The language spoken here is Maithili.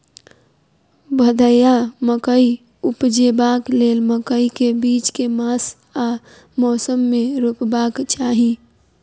भदैया मकई उपजेबाक लेल मकई केँ बीज केँ मास आ मौसम मे रोपबाक चाहि?